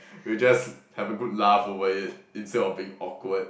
you just have a good laugh over it instead of being awkward